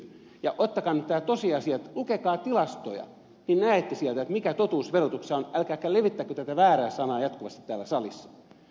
ottakaa nyt nämä tosiasiat lukekaa tilastoja niin näette sieltä mikä totuus verotuksessa on älkääkä levittäkö tätä väärää sanaa jatkuvasti täällä salissa